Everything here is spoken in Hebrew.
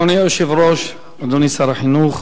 אדוני היושב-ראש, אדוני שר החינוך,